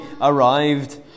arrived